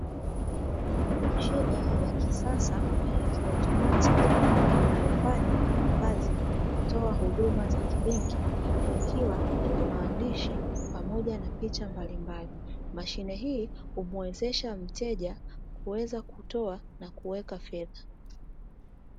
Mashine ya kisasa na ya kiotomatiki inayofanya kazi ya kutoa huduma za kibenki ikiwa ina maandishi pamoja na picha mbalimbali. Mashine hii humuwezesha mteja kuweza kutoa na kuweka fedha.